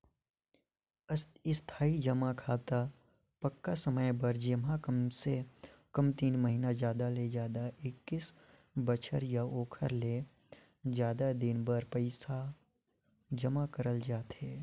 इस्थाई जमा खाता पक्का समय बर जेम्हा कमसे कम तीन महिना जादा ले जादा एक्कीस बछर या ओखर ले जादा दिन बर पइसा जमा करल जाथे